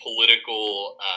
political